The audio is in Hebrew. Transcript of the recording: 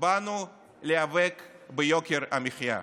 באנו להיאבק ביוקר המחיה.